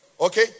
Okay